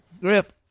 Griff